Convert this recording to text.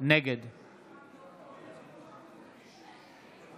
נגד